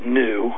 new